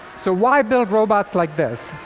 so why build robots like this?